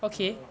ah